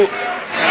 זה זהבה.